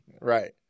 Right